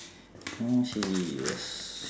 I mean she is